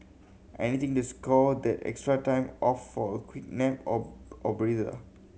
anything to score that extra time off for a quick nap or or breather